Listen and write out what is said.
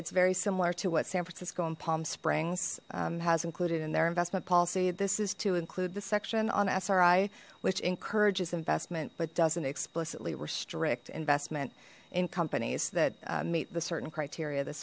it's very similar to what san francisco and palm springs has included in their investment policy this is to include the section on sr i which encourages investment but doesn't explicitly restrict investment in companies that meet the certain